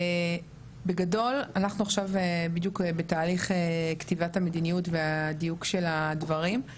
בגדול אנחנו עכשיו בדיוק בתהליך כתיבת המדיניות והדיוק של הדברים,